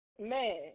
man